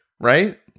right